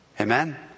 Amen